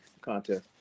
contest